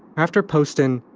after poston,